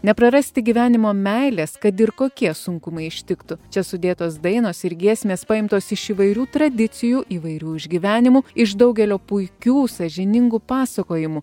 neprarasti gyvenimo meilės kad ir kokie sunkumai ištiktų čia sudėtos dainos ir giesmės paimtos iš įvairių tradicijų įvairių išgyvenimų iš daugelio puikių sąžiningų pasakojimų